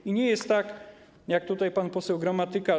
I nie jest tak, jak tutaj pan poseł Gramatyka.